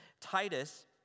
Titus